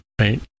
right